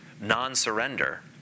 non-surrender